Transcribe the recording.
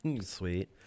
sweet